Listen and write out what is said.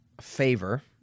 favor